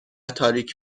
تاریک